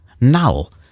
null